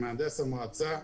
עם מהנדס המועצה,